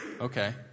okay